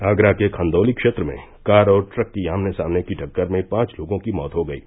आगरा के खन्दौली क्षेत्र में कार और ट्रक की आमने सामने की टक्कर में पांच लोगों की मौत हो गयी